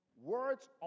Words